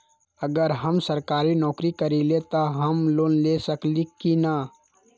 अगर हम सरकारी नौकरी करईले त हम लोन ले सकेली की न?